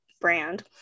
brand